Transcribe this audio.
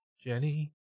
Jenny